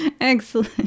Excellent